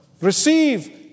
Receive